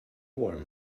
warm